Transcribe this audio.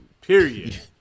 Period